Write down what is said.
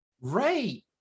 Right